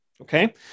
okay